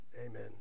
Amen